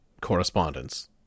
correspondence